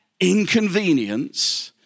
inconvenience